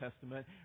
Testament